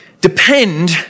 depend